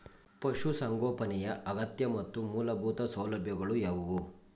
ಪಶುಸಂಗೋಪನೆಯ ಅಗತ್ಯ ಮತ್ತು ಮೂಲಭೂತ ಸೌಲಭ್ಯಗಳು ಯಾವುವು?